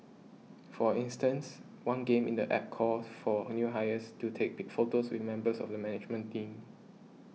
for instance one game in the App calls for new hires to take big photos with the members of the management team